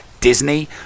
Disney